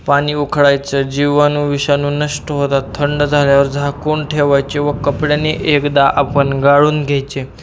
पाणी उकळायचे जीवाणू विषाणु नष्ट होतात थंड झाल्यावर झाकून ठेवायचे व कपड्यानी एकदा आपण गाळून घ्यायचे